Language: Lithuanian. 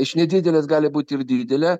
iš nedidelės gali būt ir didelė